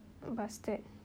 bastard